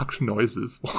Noises